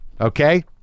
Okay